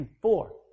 Four